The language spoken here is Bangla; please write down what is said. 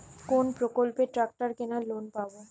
কোন প্রকল্পে ট্রাকটার কেনার লোন পাব?